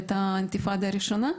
כשהייתה האינתיפדה הראשונה,